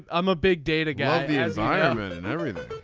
i'm a big data guy. yes i am and and everything.